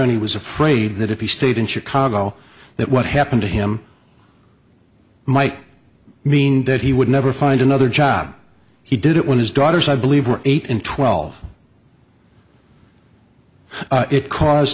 and he was afraid that if he stayed in chicago that what happened to him might mean that he would never find another job he did it when his daughters i believe were eight and twelve it caused